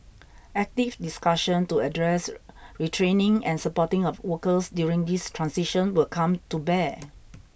active discussion to address retraining and supporting of workers during this transition will come to bear